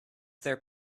their